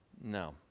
No